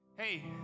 Hey